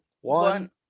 one